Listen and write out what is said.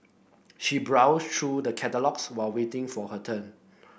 she browsed through the catalogues while waiting for her turn